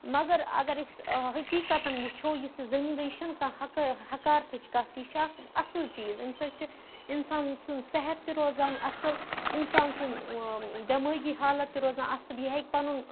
مگر اگر أسۍ حقیٖقتَن وٕچھو یُس یہِ زٔمیٖندٲری چھَنہٕ کانٛہہ حق حکارتھٕچ کَتھ کینٛہہ یہِ چھِ اَکھ اَصٕل چیٖز اَمہِ سۭتۍ چھِ اِنسان سُنٛد صحت تہِ روزان اَصٕل اِنسان سُنٛد دٮ۪مٲغی حالت تہِ روزان اَصٕل یہِ ہیٚکہِ پَنُن